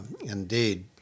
indeed